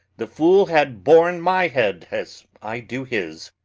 the fool had borne my head as i do his.